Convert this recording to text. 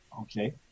Okay